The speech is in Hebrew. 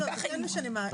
לא משנה מה,